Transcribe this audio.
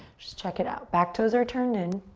just check it out. back toes are turned in.